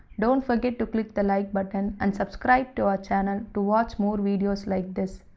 don't forget to click the like button and subscribe to our channel to watch more videos like this.